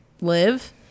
live